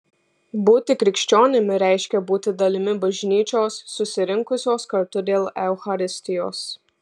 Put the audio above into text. būti krikščionimi reiškia būti dalimi bažnyčios susirinkusios kartu dėl eucharistijos